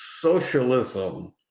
socialism